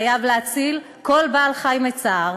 חייב להציל כל בעל-חי מצער,